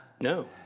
No